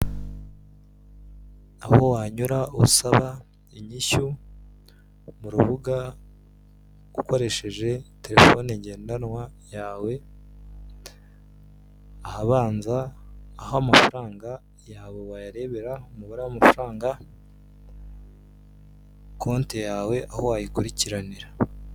Aho wanyura usaba inyishyu mu rubuga ukoresheje terefone ngendanwa yawe ahabanza, aho amafaranga yawe wayarebera, umubare w'amafaranga, konte yawe aho wayikurikiranira.